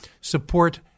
support